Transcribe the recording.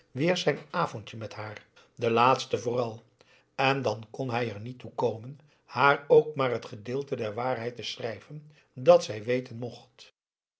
zijn avondje met haar den laatsten vooral en dan kon hij er niet toe komen haar ook maar t gedeelte der waarheid te schrijven dat zij weten